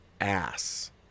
ass